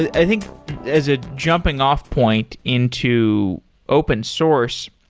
i think as a jumping off point into open source.